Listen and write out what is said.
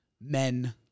men